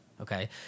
Okay